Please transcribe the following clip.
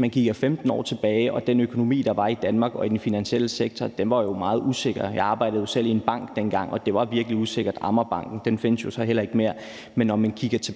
Man kan jo kigge 15 år tilbage og se på den økonomi, der var i Danmark, og på den finansielle sektor – den var meget usikker. Jeg arbejdede selv i en bank dengang, og det var virkelig usikkert. Man kan bare tage Amagerbanken, og den findes jo så heller ikke mere. Men når man kigger tilbage